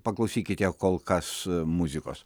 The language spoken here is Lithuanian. paklausykite kol kas muzikos